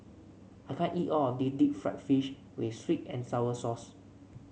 I can't eat all of this Deep Fried Fish with sweet and sour sauce